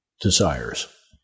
desires